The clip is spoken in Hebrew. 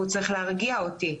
והוא צריך להרגיע אותי.